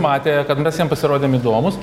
matė kad mes jiem pasirodėm įdomūs